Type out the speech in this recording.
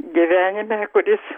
gyvenime kuris